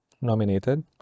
nominated